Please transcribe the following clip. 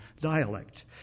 dialect